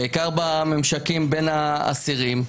בעיקר בממשקים בין האסירים.